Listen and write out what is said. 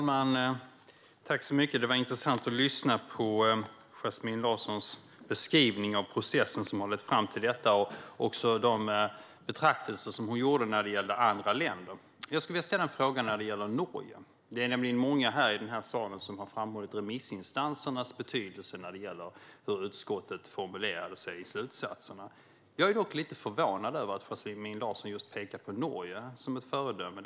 Fru talman! Det var intressant att lyssna på Yasmine Larssons beskrivning av processen som har lett fram till i dag och även de betraktelser hon gjorde om andra länder. Jag skulle vilja ställa en fråga om Norge. Det är många i salen som har framhållit remissinstansernas betydelse när det gäller hur utskottet har formulerat sig i slutsatserna. Jag är dock lite förvånad över att Yasmine Larsson just pekat på Norge som ett föredöme.